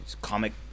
comic